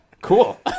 Cool